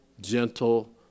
gentle